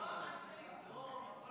לא הרסת כלום.